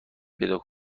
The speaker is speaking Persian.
پیدا